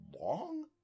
long